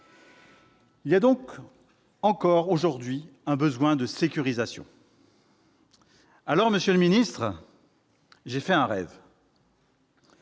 Il y a donc encore aujourd'hui un besoin de sécurisation. Alors, monsieur le secrétaire d'État, j'ai fait un rêve